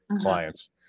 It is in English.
clients